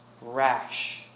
Rash